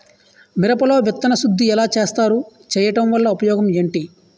మిరప లో విత్తన శుద్ధి ఎలా చేస్తారు? చేయటం వల్ల ఉపయోగం ఏంటి?